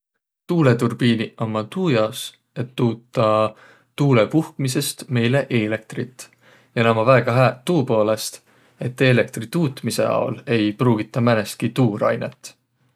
Tuulõturbiiniq ummaq tuu jaos, et tuutaq tuulõ puhkmisõst meile eelektrit. Ja näq ummaq väega hääq tuu poolõst, et eelektri tuutmisõ aol ei pruugitaq määnestki tuurainõt.